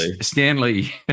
Stanley